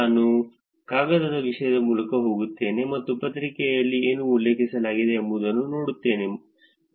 ನಾವು ಕಾಗದದ ವಿಷಯದ ಮೂಲಕ ಹೋಗುತ್ತೇವೆ ಮತ್ತು ಪತ್ರಿಕೆಯಲ್ಲಿ ಏನು ಉಲ್ಲೇಖಿಸಲಾಗಿದೆ ಎಂಬುದನ್ನು ನೋಡುತ್ತೇವೆ ಮತ್ತು ಅವುಗಳ ಮೂಲಕ ಹೋಗುತ್ತೇವೆ